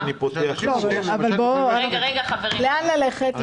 לאן ללכת?